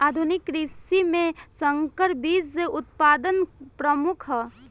आधुनिक कृषि में संकर बीज उत्पादन प्रमुख ह